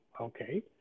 okay